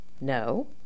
No